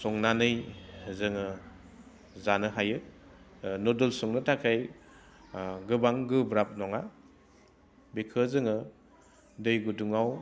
संनानै जोङो जानो हायो नुदोल्स संनो थाखाय गोबां गोब्राब नङा बिखौ जोङो दै गुदुङाव